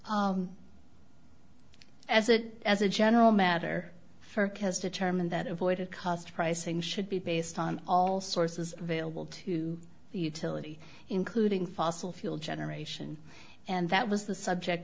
energy as it as a general matter for has determined that avoided cost pricing should be based on all sources available to the utility including fossil fuel generation and that was the subject